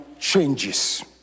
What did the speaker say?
changes